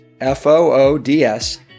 F-O-O-D-S